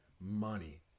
money